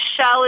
shell